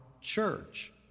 church